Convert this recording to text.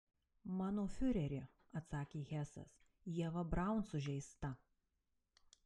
mano fiureri atsakė hesas ieva braun sužeista